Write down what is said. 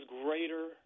greater